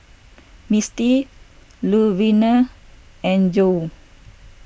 Misti Luverner and Joe